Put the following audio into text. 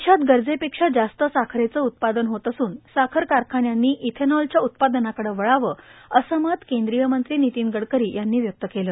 देशात गरजेपेक्षा जास्त साखरेचं उत्पादन होत असून साखर कारखान्यांनी इयेनॉलच्या उत्पादनाकडे वळावं असं मत केंद्रीय मंत्री नितीन गडकरी यांनी व्यक्त केलं